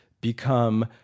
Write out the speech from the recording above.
become